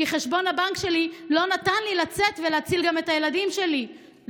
כי חשבון הבנק שלי לא נתן לי לצאת ולהציל את הילדים שלי,